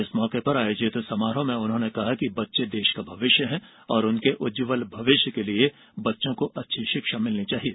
इस मौके पर आयोजित समारोह में उन्होंने कहा कि बच्चे देश का भविष्य हैं और उनके उज्जवल भविष्य के लिए बच्चों को अच्छी शिक्षा मिलना चाहिए